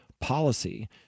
Policy